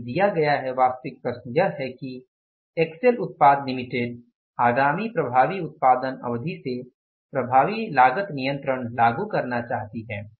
हमें दिया गया वास्तविक प्रश्न यह है कि एक्सेल उत्पाद लिमिटेड आगामी प्रभावी उत्पादन अवधि से प्रभावी लागत नियंत्रण लागू करना चाहता है